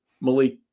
Malik